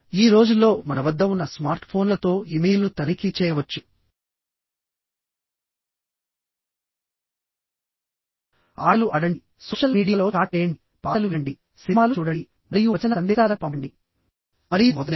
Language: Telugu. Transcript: ఈ రోజుల్లో మన వద్ద ఉన్న స్మార్ట్ ఫోన్లతో ఇమెయిల్ను తనిఖీ చేయవచ్చు ఆటలు ఆడండి సోషల్ మీడియాలో చాట్ చేయండి పాటలు వినండి సినిమాలు చూడండి మరియు వచన సందేశాలను పంపండి మరియు మొదలైనవి